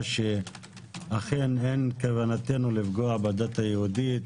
שאכן אין כוונתנו לפגוע בדת היהודית,